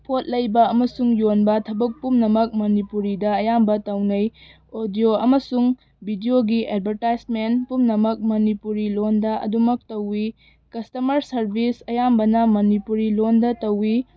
ꯄꯣꯠ ꯂꯩꯕ ꯑꯃꯁꯨꯡ ꯌꯣꯟꯕ ꯊꯕꯛ ꯄꯨꯝꯅꯃꯛ ꯃꯅꯤꯄꯨꯔꯤꯗ ꯑꯌꯥꯝꯕ ꯇꯧꯅꯩ ꯑꯣꯗꯤꯑꯣ ꯑꯃꯁꯨꯡ ꯕꯤꯗꯤꯑꯣꯒꯤ ꯑꯦꯗꯚꯔꯇꯥꯏꯖꯃꯦꯟ ꯄꯨꯝꯅꯃꯛ ꯃꯅꯤꯄꯨꯔꯤ ꯂꯣꯜꯗ ꯑꯗꯨꯃꯛ ꯇꯧꯋꯤ ꯀꯁꯇꯃꯔ ꯁꯔꯚꯤꯁ ꯑꯌꯥꯝꯕꯅ ꯃꯅꯤꯄꯨꯔꯤ ꯂꯣꯜꯗ ꯇꯧꯋꯤ